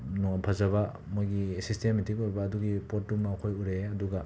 ꯅꯣꯝ ꯐꯖꯕ ꯃꯣꯏꯒꯤ ꯁꯤꯁꯇꯦꯃꯦꯇꯤꯛ ꯑꯣꯏꯕ ꯑꯗꯨꯒꯤ ꯄꯣꯠꯇꯨꯃ ꯑꯩꯈꯣꯏ ꯎꯔꯛꯑꯦ ꯑꯗꯨꯒ